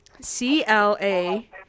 C-L-A